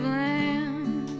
land